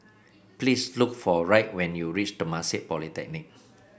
please look for Wright when you reach Temasek Polytechnic